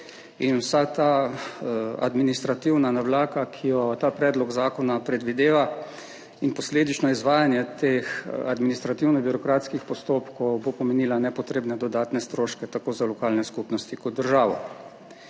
vsa ta administrativna navlaka, ki jo ta predlog zakona predvideva, in posledično izvajanje teh administrativno-birokratskih postopkov bo pomenilo nepotrebne dodatne stroške tako za lokalne skupnosti kot državo.